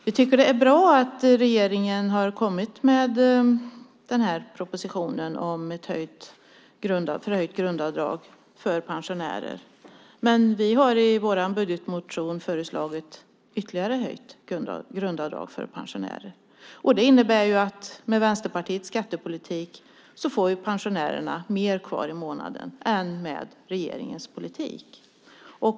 Vi tycker att det är bra att regeringen har kommit med propositionen om förhöjt grundavdrag för pensionärer, men vi har i vår budgetmotion föreslagit ytterligare höjt grundavdrag för pensionärer. Med Vänsterpartiets skattepolitik får pensionärerna mer kvar i månaden än med regeringens politik.